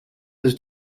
his